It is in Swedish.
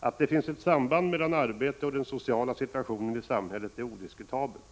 Att det finns ett samband mellan arbete och den sociala situationen i samhället är odiskutabelt.